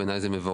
בעיני זה מבורך.